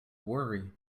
worry